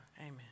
Amen